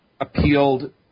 appealed